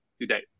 today